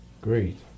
Great